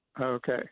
Okay